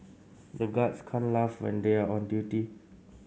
the guards can't laugh when they are on duty